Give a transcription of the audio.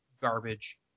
garbage